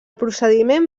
procediment